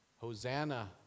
Hosanna